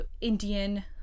Indian